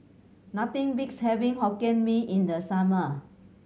nothing beats having Hokkien Mee in the summer